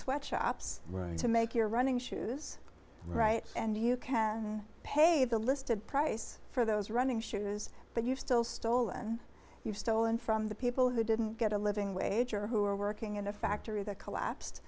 sweat shops right to make your running shoes right and you can pay the listed price for those running shoes but you're still stolen you've stolen from the people who didn't get a living wage or who are working in a factory there collapsed